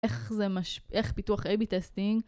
איך זה מש... איך פיתוח A-B טסטינג?